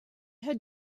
had